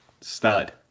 stud